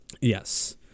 Yes